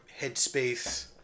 headspace